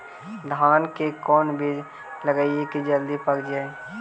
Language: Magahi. धान के कोन बिज लगईयै कि जल्दी पक जाए?